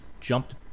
jumped